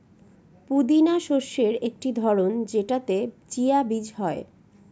পুদিনা শস্যের একটি ধরন যেটাতে চিয়া বীজ হয়